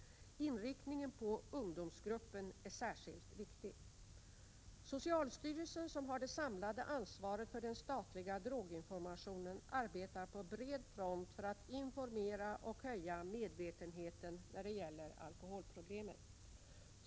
Inriktningen på ungdomsgruppen är särskilt viktig. Socialstyrelsen, som har det samlade ansvaret för den statliga droginformationen, arbetar på bred front för att informera och höja medvetenheten när det gäller alkoholproblemet.